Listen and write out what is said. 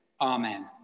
Amen